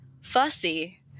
fussy